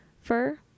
fur